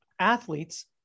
athletes